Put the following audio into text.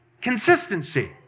consistency